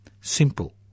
simple